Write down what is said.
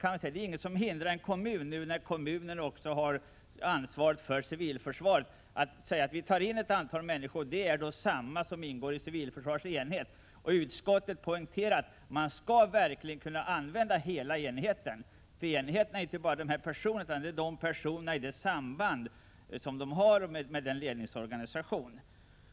Således finns det inget som hindrar en kommun, när nu kommunerna får ansvar också för civilförsvaret, att kalla in ett antal människor —i realiteten samma som ingår i civilförsvarsenheten inom kommunen. Men utskottet poängterar att man skall kunna använda hela enheten. En enhet består ju inte bara av personerna i fråga utan dessa personer i det samband de har med sin ledningsorganisation.